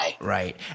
Right